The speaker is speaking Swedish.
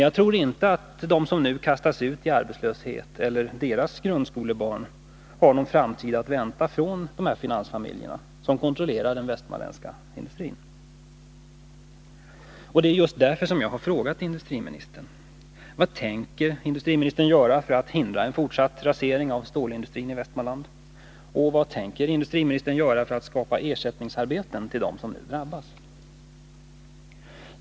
Jag tror inte att de som nu kastas ut i arbetslöshet eller deras grundskolebarn har någon framtid att vänta från dessa finansfamiljer som kontrollerar den västmanländska industrin.